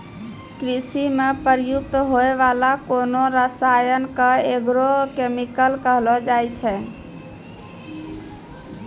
कृषि म प्रयुक्त होय वाला कोनो रसायन क एग्रो केमिकल कहलो जाय छै